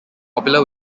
popular